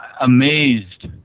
amazed